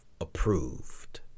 approved